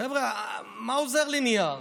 חבר'ה, מה עוזר לי נייר?